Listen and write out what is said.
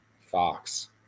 fox